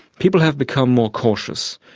people have become more cautious.